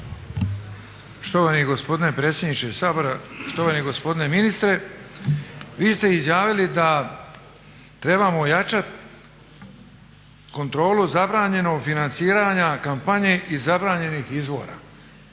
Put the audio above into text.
Štovani gospodine predsjedniče Sabora, štovani gospodine ministre. Vi ste izjavili da trebamo ojačati kontrolu zabranjenog financiranja kampanje iz zabranjenih izvora.